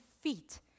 feet